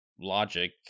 logic